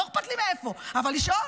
לא אכפת לי מאיפה, אבל לשאול.